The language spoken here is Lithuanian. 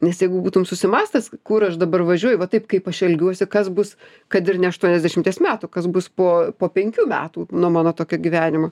nes jeigu būtum susimąstęs kur aš dabar važiuoju va taip kaip aš elgiuosi kas bus kad ir ne aštuoniasdešimties metų kas bus po po penkių metų nuo mano tokio gyvenimo